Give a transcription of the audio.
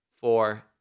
four